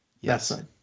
Yes